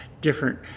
different